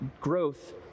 growth